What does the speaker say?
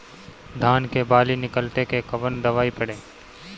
धान के बाली निकलते के कवन दवाई पढ़े?